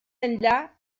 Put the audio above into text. enllà